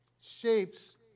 shapes